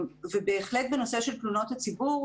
בהחלט בנושא של תלונות הציבור,